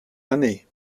années